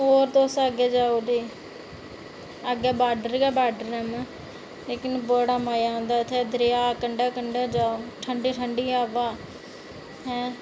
होर तुस अग्गै जाओ ते अग्गै बॉर्डर गै बॉर्डर न इक्क ते बड़ा गै मज़ा आंदा इत्थै दरेआ कंढै कंढै जा ते ठंडी हवा ऐ